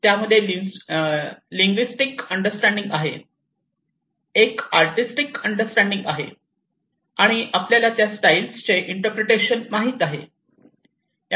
त्यामध्ये linguistic understanding आहे एक आर्टिस्टिक अंडरस्टँडिंग आहे आणि आपल्याला त्या स्टाईलचे इंटरप्रेटेशन माहित आहे